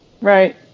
Right